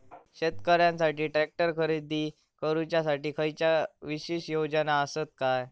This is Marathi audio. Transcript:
शेतकऱ्यांकसाठी ट्रॅक्टर खरेदी करुच्या साठी खयच्या विशेष योजना असात काय?